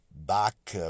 back